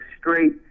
straight